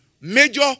major